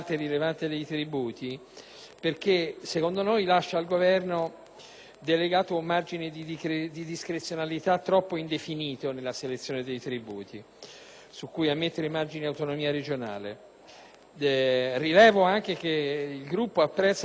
delegato un margine di discrezionalità troppo indefinito nella selezione dei tributi su cui ammettere un margine di autonomia regionale. Il Gruppo dell'Italia dei Valori apprezza l'accoglimento della sua proposta di salvaguardare l'osservanza del diritto comunitario.